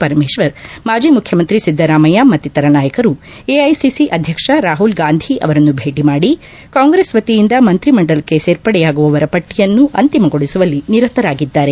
ಪರಮೇಶ್ವರ್ ಮಾಜಿ ಮುಖ್ಯಮಂತ್ರಿ ಸಿದ್ದರಾಮಯ್ಯ ಮತ್ತಿತರ ನಾಯಕರು ಎಐಸಿಸಿ ಅಧ್ಯಕ್ಷ ರಾಹುಲ್ ಗಾಂಧಿ ಅವರನ್ನು ಭೇಟ್ ಮಾಡಿ ಕಾಂಗ್ರೆಸ್ ವತಿಯಿಂದ ಮಂತ್ರಿಮಂಡಲಕ್ಷ್ ಸೇರ್ಪಡೆಯಾಗುವವರ ಪಟ್ಟಿಯನ್ನು ಅಂತಿಮಗೊಳಿಸುವಲ್ಲಿ ನಿರತರಾಗಿದ್ದಾರೆ